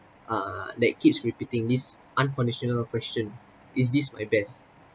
uh that keeps repeating this unconditional question is this my best